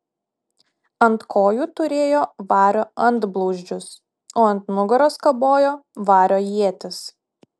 ant kojų turėjo vario antblauzdžius o ant nugaros kabojo vario ietis